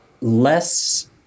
less